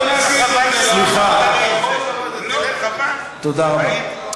סליחה, תודה רבה.